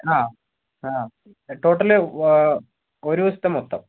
ആ ആ ടോട്ടൽ ഒരുദിവസത്തെ മൊത്തം